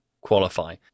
qualify